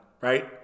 right